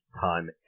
time